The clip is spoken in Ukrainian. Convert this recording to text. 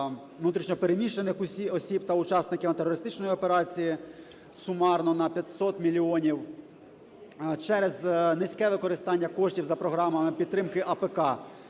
внутрішньо переміщених осіб та учасників антитерористичної операції сумарно на 500 мільйонів. Через низьке використання коштів за програмами підтримки АПК